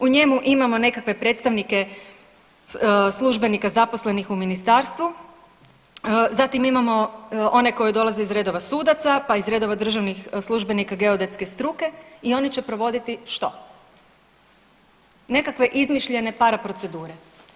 U njemu imamo nekakve predstavnike službenika zaposlenih u ministarstvu, zatim imamo one koji dolaze iz redova sudaca, pa iz redova državnih službenika geodetske struke i oni će provoditi što, nekakve izmišljene paraprocedure.